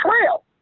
trail